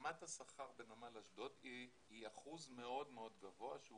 רמת השכר בנמל אשדוד היא אחוז מאוד מאוד גבוה שהוא